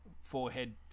forehead